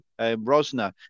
Rosner